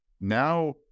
now